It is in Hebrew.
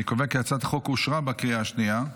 אני קובע כי הצעת החוק אושרה בקריאה השנייה.